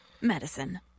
medicine